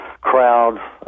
crowd